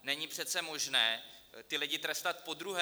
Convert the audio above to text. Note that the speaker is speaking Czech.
Není přece možné ty lidi trestat podruhé.